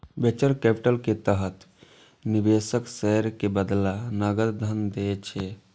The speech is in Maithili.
वेंचर कैपिटल के तहत निवेशक शेयर के बदला नकद धन दै छै